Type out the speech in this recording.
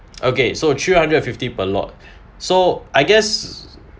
okay so three hundred and fifty per lot so I guess